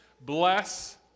Bless